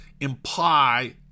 imply